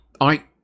I